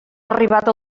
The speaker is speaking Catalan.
arribat